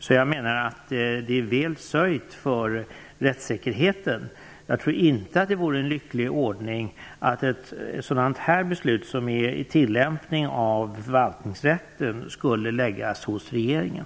Jag menar därför att det är väl sörjt för rättssäkerheten. Jag tror inte att det vore en lycklig ordning att ett sådant här beslut, som är en tillämpning av förvaltningsrätten, skulle läggas hos regeringen.